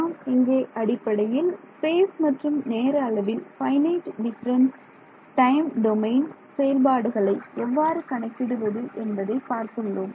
நாம் இங்கே அடிப்படையில் ஸ்பேஸ் மற்றும் நேர அளவில் ஃபைனைட் டிஃபரன்ஸ்ஸ் டைம் டொமைன் செயல்பாடுகளை எவ்வாறு கணக்கிடுவது என்பதை பார்த்துள்ளோம்